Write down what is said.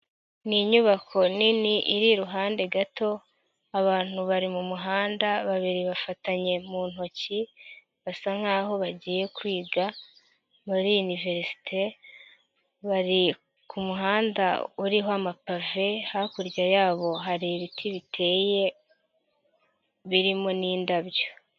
Ni inyubako nini iri iruhande gato, abantu bari mu muhanda babiri bafatanye mu ntoki basa nk'aho bagiye kwiga muri Iniverisite bari ku muhanda uriho amapave, hakurya yabo hari ibiti biteye birimo n'indabyo.